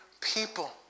people